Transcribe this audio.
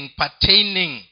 pertaining